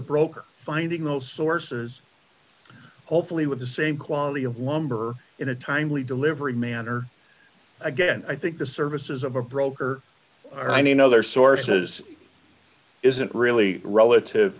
broker finding those sources hopefully with the same quality of lumber in a timely delivery manner again i think the services of a broker i know their sources isn't really relative